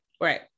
right